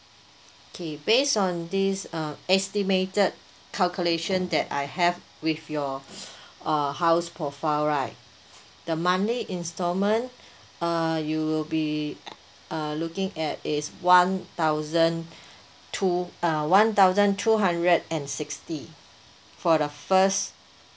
K based on this uh estimated calculation that I have with your uh house profile right the monthly installment uh you'll be uh looking at is one thousand two uh one thousand two hundred and sixty for the first